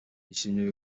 yishimiwe